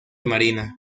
marina